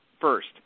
first